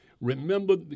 Remember